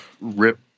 rip